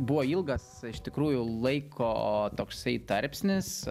buvo ilgas iš tikrųjų laiko toksai tarpsnis